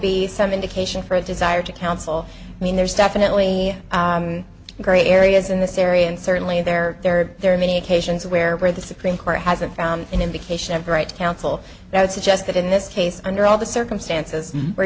be some indication for a desire to counsel i mean there's definitely gray areas in this area and certainly there are there are many occasions where where the supreme court hasn't found an indication of the right to counsel that would suggest that in this case under all the circumstances